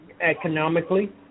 economically